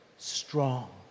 strong